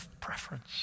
preference